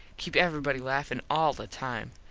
keep everybody laffin all the time.